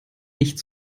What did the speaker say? nicht